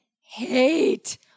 hate